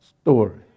story